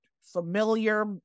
familiar